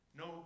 no